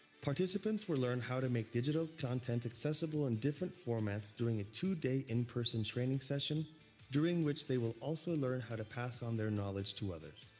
participant it's will learn how to make digital content accessible in different formats during a two-day in-person training session during which they will also learn how to pass on their knowledge to others.